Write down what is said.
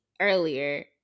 earlier